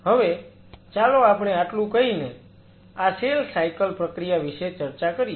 હવે ચાલો આપણે આટલું કહીને આ સેલ સાયકલ પ્રક્રિયા વિશે ચર્ચા કરીએ